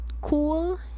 cool